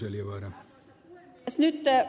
nyt ed